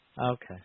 Okay